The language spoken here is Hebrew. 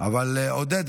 אבל עודד,